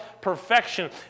perfection